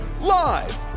Live